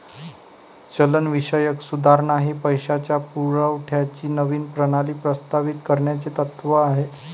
चलनविषयक सुधारणा हे पैशाच्या पुरवठ्याची नवीन प्रणाली प्रस्तावित करण्याचे तत्त्व आहे